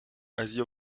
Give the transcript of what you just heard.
asie